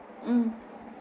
mm